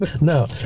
No